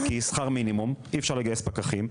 כי בשכר מינימום אי אפשר לגייס פקחים,